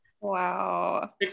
Wow